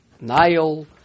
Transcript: Nile